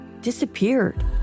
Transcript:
disappeared